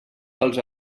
pels